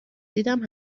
دیدم